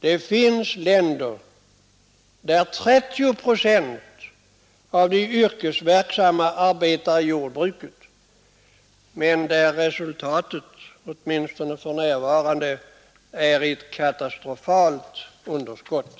Det finns länder där 30 procent av de yrkesverksamma arbetar i jordbruket, men där resultatet är ett katastrofalt underskott.